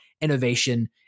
innovation